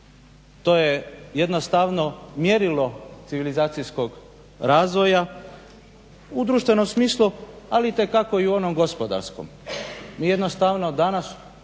To je jednostavno mjerilo civilizacijskog razvoja u društvenom smislu ali itekako i u onom gospodarskom.